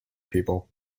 people